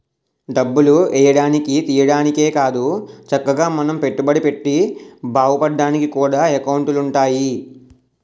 డబ్బులు ఎయ్యడానికి, తియ్యడానికే కాదు చక్కగా మనం పెట్టుబడి పెట్టి బావుపడ్డానికి కూడా ఎకౌంటులు ఉంటాయి